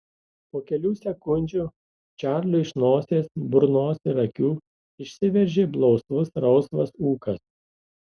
po kelių sekundžių čarliui iš nosies burnos ir akių išsiveržė blausus rausvas ūkas